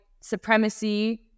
supremacy